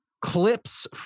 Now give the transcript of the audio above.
clips